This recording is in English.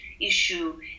issue